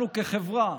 אנחנו כחברה,